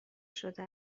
شده